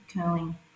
curling